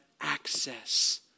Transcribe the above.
access